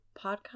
podcast